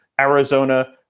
Arizona